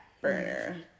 burner